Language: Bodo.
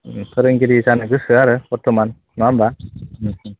फोरोंगिरि जानो गोसो आरो बर्थमान नङा होनब्ला